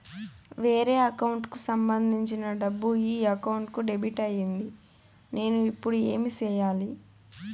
వేరే అకౌంట్ కు సంబంధించిన డబ్బు ఈ అకౌంట్ కు డెబిట్ అయింది నేను ఇప్పుడు ఏమి సేయాలి